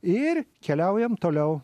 ir keliaujam toliau